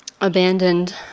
abandoned